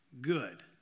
Good